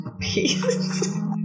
Peace